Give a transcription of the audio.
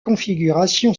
configuration